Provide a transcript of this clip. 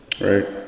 right